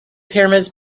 pyramids